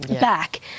back